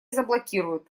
заблокируют